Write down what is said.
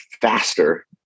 faster